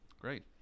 Great